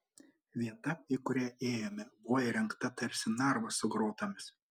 vieta į kurią ėjome buvo įrengta tarsi narvas su grotomis